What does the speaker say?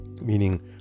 meaning